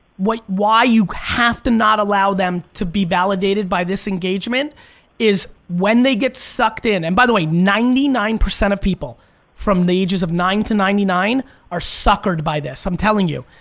why why you have to not allow them to be validated by this engagement is when they get sucked in, and by the way, ninety nine percent of people from the ages of nine to ninety nine are suckered by this, i'm telling you,